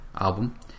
album